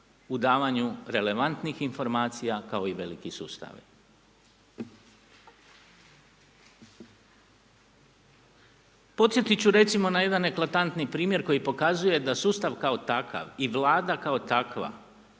u davanju relevantnih informacija kao i veliki sustavi. Podsjetiti ću recimo na jedan eklatantni primjer koji pokazuje da sustav kao takav i Vlada kao takva